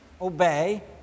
Obey